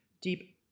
deep